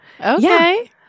Okay